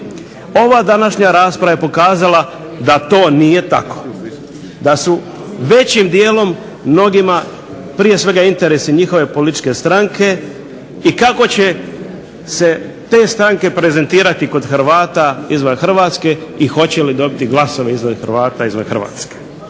Ova današnja rasprava je pokazala da to nije tako, da su većim dijelom mnogima prije svega interesi njihove političke stranke i kako će se te stranke prezentirati kod Hrvata izvan Hrvatske i hoće li dobiti glasove Hrvata izvan Hrvatske.